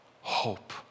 hope